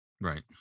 Right